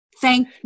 Thank